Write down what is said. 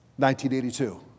1982